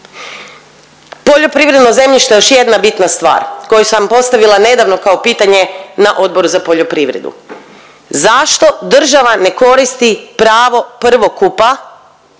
Poljoprivredno zemljište još jedna bitna stvar koju sam vam postavila nedavno kao pitanje na Odboru za poljoprivredu. Zašto država ne koristi pravo prvokupa